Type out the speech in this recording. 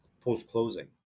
post-closing